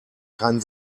kein